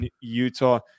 Utah